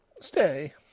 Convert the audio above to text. Stay